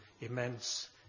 immense